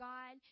God